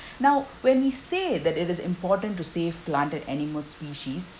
now when we say that it is important to save plant and animal species